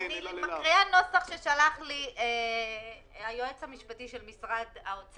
גני האירועים נפתחו לפני שלושה שבועות או שבועיים.